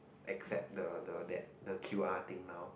accept the the that the Q_R thing now